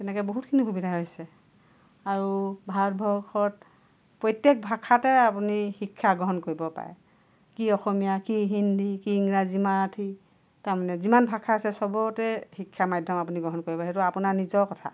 তেনেকৈ বহুতখিনি সুবিধা হৈছে আৰু ভাৰতবৰ্ষত প্ৰত্যেক ভাষাতেই আপুনি শিক্ষা গ্ৰহন কৰিব পাৰে কি অসমীয়া কি হিন্দী কি ইংৰাজী মাৰাঠী তাৰমানে যিমান ভাষা আছে চবতে শিক্ষাৰ মাধ্যম আপুনি গ্ৰহণ কৰিব পাৰে সেইটো আপোনাৰ নিজৰ কথা